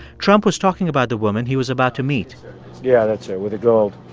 trump was talking about the woman he was about to meet yeah, that's her with the gold.